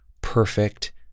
perfect